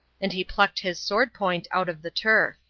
and he plucked his sword-point out of the turf.